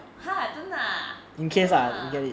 !huh! 真的 ah !wah!